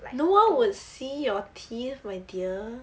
no one would see your teeth my dear